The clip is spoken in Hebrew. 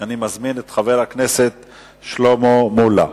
אני מזמין את חבר הכנסת שלמה מולה,